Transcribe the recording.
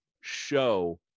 show